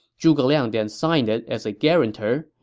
zhuge liang then signed it as a guarantor,